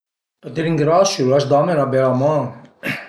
Të ringrasiu, l'as dame 'na bela man